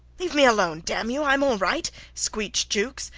leave me alone damn you. i am all right, screeched jukes.